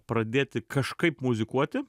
pradėti kažkaip muzikuoti